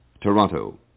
Toronto